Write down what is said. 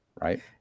right